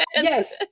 Yes